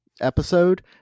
episode